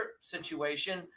situation